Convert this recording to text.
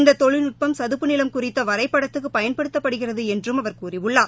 இந்த தொழில்நுட்பம் சதுப்பு நிலம் குறித்த வரைபடத்தக்கு பயன்படுத்தப்படுகிறது என்றும் அவர் கூறியுள்ளார்